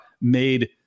made